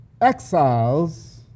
exiles